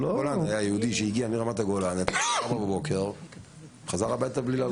יהודי שהגיע מרמת הגולן יצא ב-4:00 וחזר הביתה בלי לעלות.